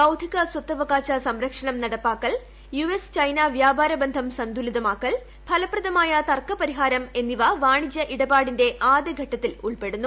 ബൌദ്ധിക സ്വത്തവകാശ സംരക്ഷണം നടപ്പാക്കൽ യുഎസ്ചൈന വ്യാപാര ബന്ധം സന്തുലിതമാക്കൽ ഫലപ്രദമായ തർക്ക പരിഹാരം എന്നിവ വാണിജ്യ ഇടപാടിന്റെ ആദ്യ ഘട്ടത്തിൽ ഉൾപ്പെടുന്നു